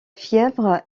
fièvre